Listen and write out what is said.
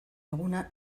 eguna